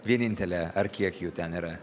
vienintelė ar kiek jų ten yra